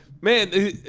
man